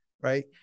right